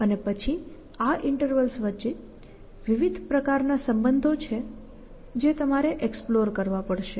અને પછી આ ઈન્ટર્વલ્સ વચ્ચે વિવિધ પ્રકારનાં સંબંધો છે જે તમારે એક્સપ્લોર કરવા પડશે